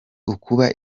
ukuba